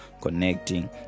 connecting